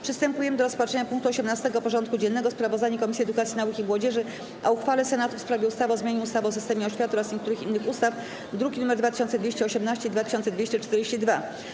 Przystępujemy do rozpatrzenia punktu 18. porządku dziennego: Sprawozdanie Komisji Edukacji, Nauki i Młodzieży o uchwale Senatu w sprawie ustawy o zmianie ustawy o systemie oświaty oraz niektórych innych ustaw (druki nr 2218 i 2242)